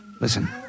Listen